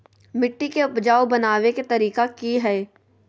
मिट्टी के उपजाऊ बनबे के तरिका की हेय?